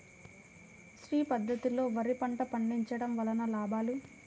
శ్రీ పద్ధతిలో వరి పంట పండించడం వలన లాభాలు?